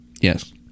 Yes